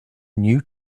new